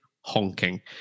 honking